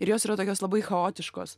ir jos yra tokios labai chaotiškos